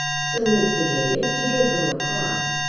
so instigated he did go across,